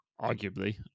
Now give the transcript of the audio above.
arguably